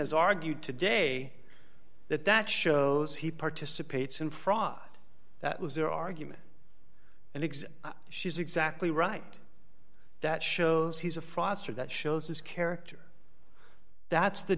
has argued today that that shows he participates in fraud that was their argument and eggs she's exactly right that shows he's a foster that shows his character that's the